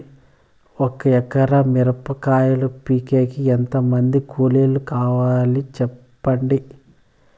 ఒక ఎకరా మిరప కాయలు పీకేకి ఎంత మంది కూలీలు కావాలి? సెప్పండి?